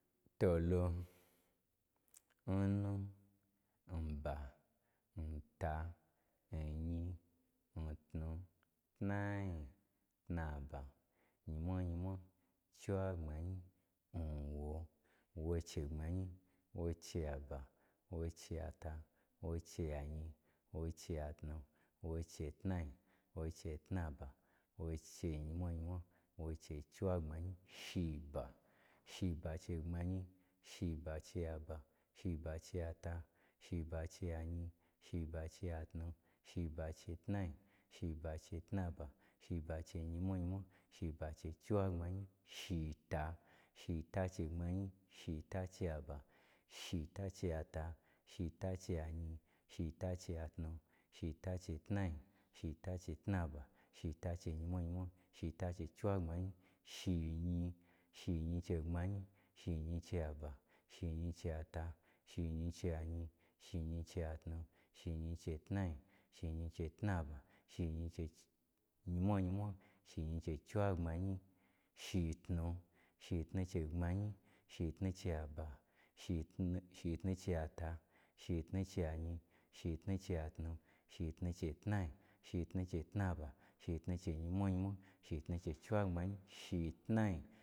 Tolo, nnu, nba, nta, nnyi, ntnu, tnai, tnaba, nyimwa, nyimwa, chiwagbmanyi, nwo. Nwo chei gbmayi, nwo chei aba, nwo chei ata, nwo chei anyi, nwo chei atnu, nwo chei tnai, nwo chei tnaba, nwo chei nyimwanyimwa, nwo chei chiwagbmanyi, shiba, shiba chei gbmanyi, shiba chei aba, shiba chei ata, shiba chei anyi, shiba chei atnu, shiba chei tnai, shiba chei tnaba, shiba chei nyimwa nyimwa, shiba chei chiwagbmanyi, shita, shita chei gbmanyi, shita chei aba, shita chei ata, shita chei anyi, shita chei atnu, shita chei tnai, shita chei tnaba, shita chei nyimwa nyiwa, shita chei chiwagbmanyi, shinyi, shinyi chei gbmanyi, shinyi chei aba, shinyi chei ata, shinyi chei anyi, shinyi chei atnu, shinyi chei tnai, shinyi chei tnaba, shinyi chei chi nyimwa nyiwa, shinyi chei chiwagbma nyi, shitnu, shitnu chei gbmanyi, shitnu chei aba, shitnu chei ata, shitnu chei anyi, shitnu chei atnu, shitnu chei tnai, shitnu chei tnaba, shitnu chei nyimwa nyimwa, shitnu chei chiwagbmanyi shitnai.